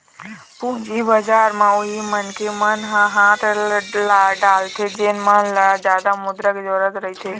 पूंजी बजार म उही मनखे मन ह हाथ डालथे जेन मन ल जादा मुद्रा के जरुरत रहिथे